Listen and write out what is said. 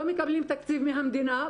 לא מקבלים תקציב מהמדינה.